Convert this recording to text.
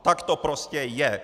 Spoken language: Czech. Tak to prostě je!